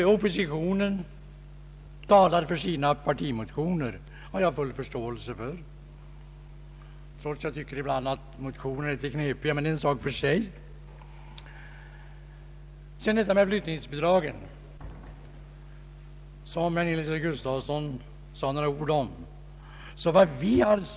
Att oppositionen talar för sina partimotioner har jag full förståelse för, trots att jag ibland tycker att deras motioner är något knepiga — men det är en sak för sig. Herr Nils-Eric Gustafsson sade också några ord om flyttningsbidragen.